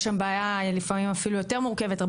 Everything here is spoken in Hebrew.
יש שם בעיה לפעמים אפילו יותר מורכבת.